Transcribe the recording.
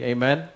Amen